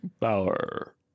Power